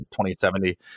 2070